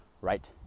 right